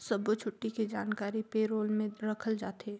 सब्बो छुट्टी के जानकारी पे रोल में रखल जाथे